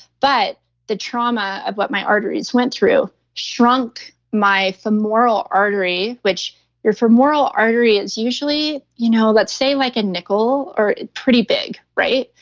but the trauma of what my arteries went through shrunk my femoral artery, which your femoral artery is usually, you know let's say like a nickel. pretty big right?